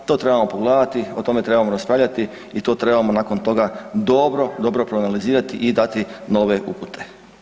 To trebamo pogledati, o tome trebamo raspravljati i to trebamo nakon toga dobro, dobro proanalizirati i dati nove upute.